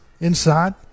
inside